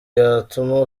yatuma